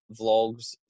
vlogs